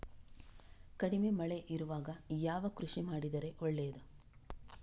ಕಡಿಮೆ ಮಳೆ ಇರುವಾಗ ಯಾವ ಕೃಷಿ ಮಾಡಿದರೆ ಒಳ್ಳೆಯದು?